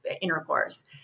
intercourse